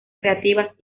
creativas